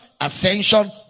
ascension